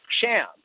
sham